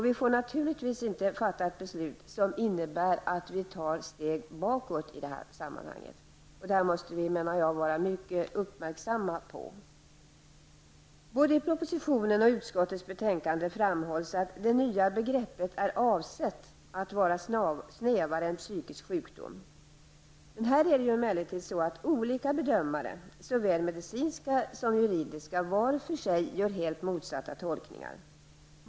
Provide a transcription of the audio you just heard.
Vi får naturligtvis inte fatta ett beslut som innebär att vi tar ett steg bakåt. Jag menar att vi måste vara mycket uppmärksamma på detta. Både i propositionen och i utskottets betänkande framhålls att det nya begreppet är avsett att vara snävare än ''psykisk sjukdom''. Olika bedömare, såväl medicinska som juridiska, gör emellertid var för sig helt motsatta tolkningar.